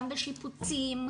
גם בשיפוצים,